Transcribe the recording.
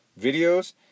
videos